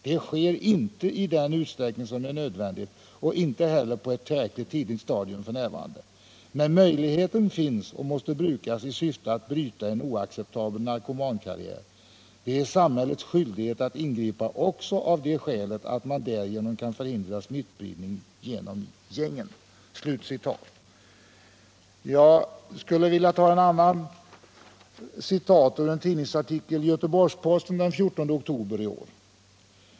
Det sker inte i den utsträckning som är nödvändig och inte heller på ett tillräckligt stadium för närvarande. Men möjligheten finns och måste brukas i syfte att bryta en oacceptabel narkomankarriär. Det är samhällets skyldighet att ingripa också av det skälet, att man därigenom kan förhindra smittspridningen genom gängen.” Jag skulle vilja anföra ett annat citat, ur en tidningsartikel i Göteborgs Posten den 14 oktober i år.